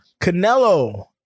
Canelo